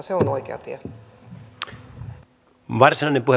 se on oikea tie